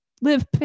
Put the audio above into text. live